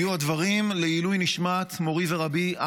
יהיו הדברים לעילוי נשמת מורי ורבי,